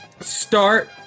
start